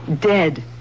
Dead